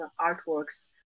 artworks